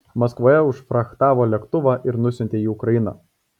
maskvoje užfrachtavo lėktuvą ir nusiuntė jį į ukrainą